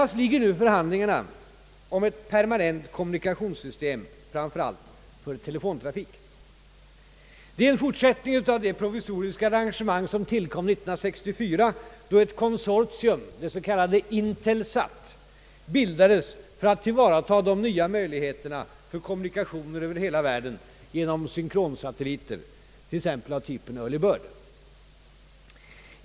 De förhandlingar som förs gäller närmast ett permanent kommunikationssystem, framför allt för telefontrafik. Det är en fortsättning av det provisoriska arrangemang som tillkom år 1964 då ett konsortium, det s.k. Intelsat, bildades för att tillvarata de nya möjligheterna för kommunikationer över hela världen genom synkronsatelliter av typen Early Bird.